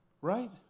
Right